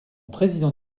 président